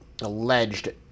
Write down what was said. alleged